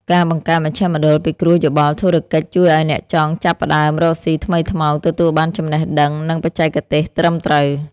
ការបង្កើតមជ្ឈមណ្ឌលពិគ្រោះយោបល់ធុរកិច្ចជួយឱ្យអ្នកចង់ចាប់ផ្តើមរកស៊ីថ្មីថ្មោងទទួលបានចំណេះដឹង និងបច្ចេកទេសត្រឹមត្រូវ។